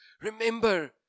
Remember